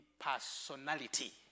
personality